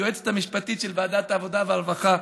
היועצת המשפטית של ועדת העבודה והרווחה,